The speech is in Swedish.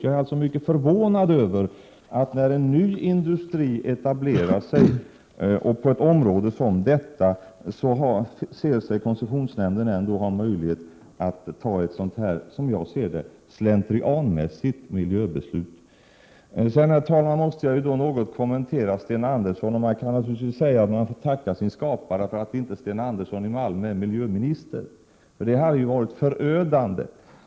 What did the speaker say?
Jag är alltså mycket förvånad över att koncessionsnämn 25 mars 1988 den, när en ny industri etablerar sig på ett område som detta, ändå anser sig ha möjlighet att fatta ett sådant här, som jag ser det, slentrianmässigt Or Saabs etsblering G Sedan måste jag, herr talman, något kommentera vad Sten Andersson i Malmö sade. Man får tacka sin skapare för att inte Sten Andersson i Malmö är miljöminister, för det hade varit förödande.